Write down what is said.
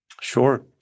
Sure